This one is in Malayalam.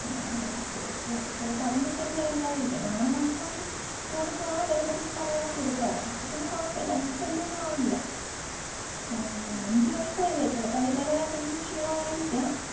ആ ഓക്കേ ഓക്കേ അപ്പോൾ ചിലപ്പോൾ അതിന്റെ ശല്യം അല്ലായിരിക്കും ആറുമാസം കുടുമ്പോഴാണ് വിര മരുന്ന് സാധാരണ കൊടുക്കാറ് അപ്പോൾ പിന്നെ കുഴപ്പമില്ല അതിന്റെ ശല്യമൊന്നും ആവില്ല അഞ്ച് വയസ്സ് ആയില്ലേ ചിലപ്പോൾ അതിന്റേതായ എന്തെങ്കിലും ക്ഷീണം ആയിരിക്കാം